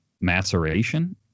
maceration